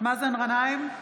מאזן גנאים,